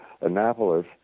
Annapolis